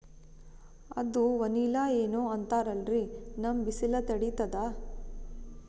ಅದು ವನಿಲಾ ಏನೋ ಅಂತಾರಲ್ರೀ, ನಮ್ ಬಿಸಿಲ ತಡೀತದಾ?